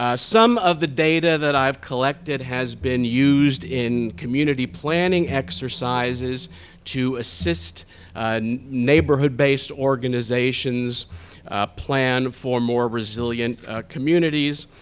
ah some of the data that i've collected has been used in community planning exercises to assist neighborhood-based organizations plan for more resilient communities.